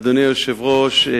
אדוני היושב-ראש,